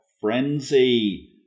Frenzy